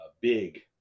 big